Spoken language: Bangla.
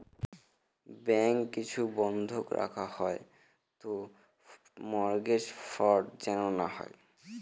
ব্যাঙ্ক কিছু বন্ধক রাখা হয় তো মর্টগেজ ফ্রড যেন না হয়